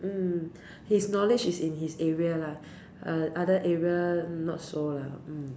mm his knowledge is in his area lah other area not so lah mm